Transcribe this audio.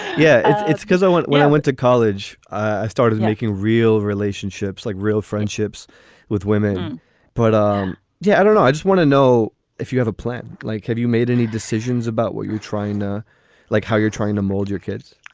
yeah it's it's because i went when i went to college. i started making real relationships like real friendships with women but um yeah, i don't know. ah i just want to know if you have a plan. like, have you made any decisions about what you're trying to like, how you're trying to mold your kids?